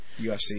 UFC